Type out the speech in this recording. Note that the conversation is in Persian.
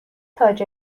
تاج